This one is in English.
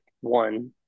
one